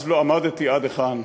אז לא אמדתי עד היכן,